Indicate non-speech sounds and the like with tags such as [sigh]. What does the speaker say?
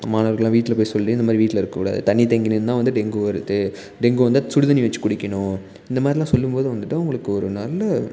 அம்மா [unintelligible] வீட்டில போய் சொல்லி இந்தமாதிரி வீட்டில இருக்ககூடாது தண்ணிர் தேங்கி நின்னால் வந்து டெங்கு வருது டெங்கு வந்தால் சுடு தண்ணிர் வச்சு குடிக்கணும் இந்தமாதிரிலாம் சொல்லும்போது வந்துட்டு அவங்களுக்கு ஒரு நல்ல